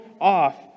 off